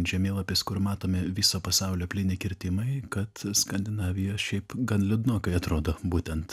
žemėlapis kur matomi viso pasaulio plyni kirtimai kad skandinavija šiaip gan liūdnokai atrodo būtent